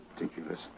ridiculous